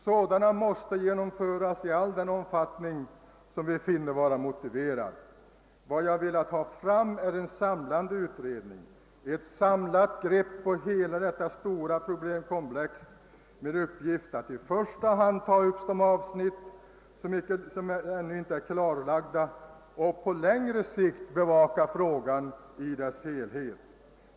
Sådana måste genomföras i all den omfattning som vi finner vara motiverad. Vad jag velat ha fram är en samlande utredning, ett samlat grepp om detta stora problemkomplex med syfte att i första hand ta upp de avsnitt som ännu inte är klarlagda och att på längre sikt bevaka frågan i dess helhet.